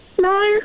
No